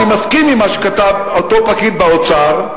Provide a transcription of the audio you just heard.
אני מסכים עם מה שכתב אותו פקיד באוצר,